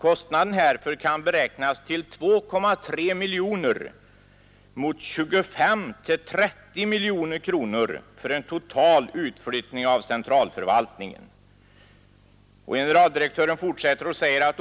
Kostnaden härför kan beräknas till 2—3 miljoner kronor mot 25—30 miljoner kronor för en total utflyttning av centralförvaltningen.